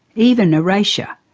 even erasure.